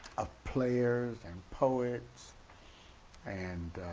ah players and poets and